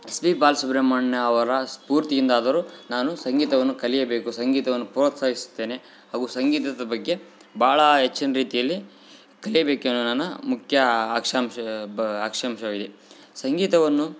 S P Balasubrahmanya ಅವರ ಸ್ಫೂರ್ತಿ ಇಂದಾದರು ನಾನು ಸಂಗೀತವನ್ನು ಕಲಿಯಬೇಕು ಸಂಗೀತವನ್ನು ಪ್ರೋತ್ಸಾಹಿಸ್ತೇನೆ ಅವು ಸಂಗೀತದ ಬಗ್ಗೆ ಭಾಳ ಹೆಚ್ಚಿನ ರೀತಿಯಲ್ಲಿ ಕಲಿಬೇಕು ನನ್ನ ಮುಖ್ಯ ಅಕ್ಷಾಂಶ ಬ ಅಕ್ಷಾಂಶವಾಗಿದೆ ಸಂಗೀತವನ್ನು